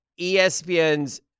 ESPN's